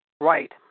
Right